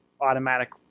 automatic